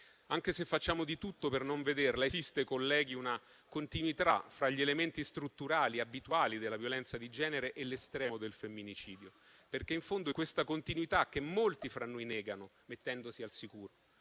Anche se facciamo di tutto per non vederla, esiste, colleghi, una continuità fra gli elementi strutturali abituali della violenza di genere e l'estremo del femminicidio, perché in fondo è questa continuità che molti fra noi negano, mettendosi al sicuro.